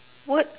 what